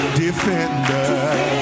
defender